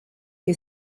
che